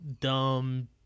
dumb